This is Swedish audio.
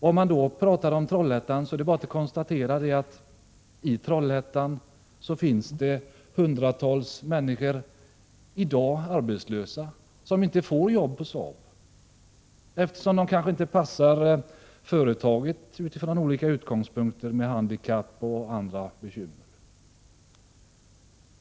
Om man då pratar om Trollhättan är det bara att konstatera att det i Trollhättan finns hundratals arbetslösa människor i dag som inte får jobb på SAAB, eftersom de kanske inte passar företaget av olika anledningar, t.ex. handikapp.